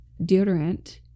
deodorant